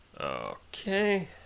Okay